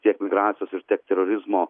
tiek migracijos ir tiek terorizmo